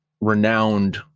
renowned